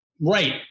Right